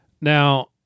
now